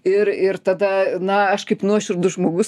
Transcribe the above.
ir ir tada na aš kaip nuoširdus žmogus